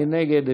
מי נגד?